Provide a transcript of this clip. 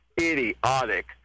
idiotic